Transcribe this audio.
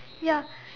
ya